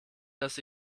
dass